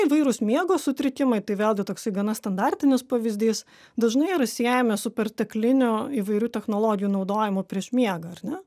įvairūs miego sutrikimai tai vėlgi toksai gana standartinis pavyzdys dažnai yra siejami su pertekliniu įvairių technologijų naudojimu prieš miegą ar ne